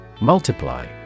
Multiply